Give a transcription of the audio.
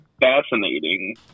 fascinating